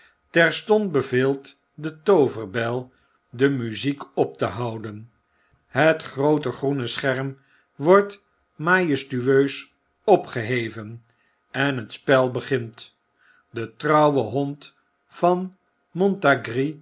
terstond beveelt de tooverbel de muziek op te houden het groote groene scherm wordt majestueus opgeheven en hetspelbegint de trouwe hond van